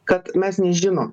kad mes nežinom